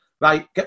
right